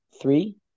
three